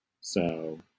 So-